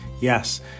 Yes